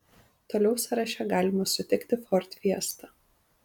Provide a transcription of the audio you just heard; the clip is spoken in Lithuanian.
toliau sąraše galima sutikti ford fiesta